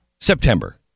September